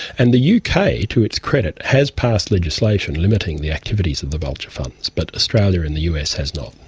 and the uk, kind of to its credit, has passed legislation limiting the activities of the vulture funds, but australia and the us has not.